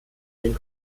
den